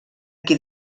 qui